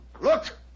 Look